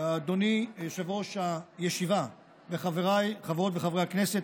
אדוני יושב-ראש הישיבה וחבריי חברות וחברי הכנסת,